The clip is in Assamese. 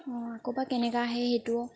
অঁ আকৌ বা কেনেকুৱা আহে সেইটো